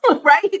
right